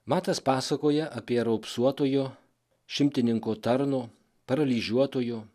matas pasakoja apie raupsuotojo šimtininko tarno paralyžiuotojo